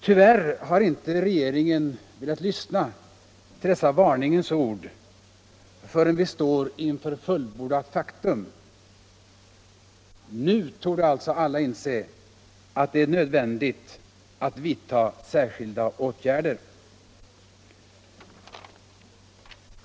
Tyvärr har regeringen inte velat lyssna till dessa varningens ord förrän vi står inför fullbordat faktum. Nu torde alltså alla vara ense om att det är nödvändigt att vidta särskilda åtgärder.